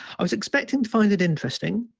i was expecting to find it interesting.